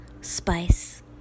spice